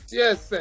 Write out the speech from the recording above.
yes